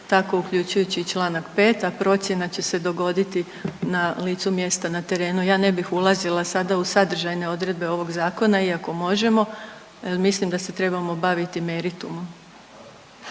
tako uključujući i čl. 5, a procjena će se dogoditi na licu mjesta na terenu. Ja ne bih ulazila sada u sadržajne odredbe ovog Zakona iako možemo jer mislim da se trebamo baviti meritumom.